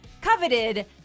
coveted